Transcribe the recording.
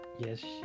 Yes